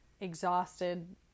exhausted